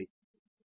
ఇది యదార్ధంగా 40